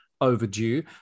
overdue